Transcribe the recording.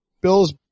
Bills